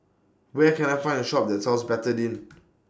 Where Can I Find A Shop that sells Betadine